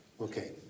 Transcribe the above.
Okay